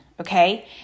okay